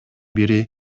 бири